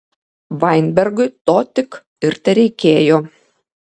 vainbergui to tik ir tereikėjo